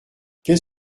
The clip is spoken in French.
qu’est